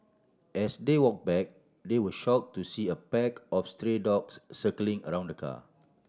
as they walk back they were shock to see a pack of stray dogs circling around the car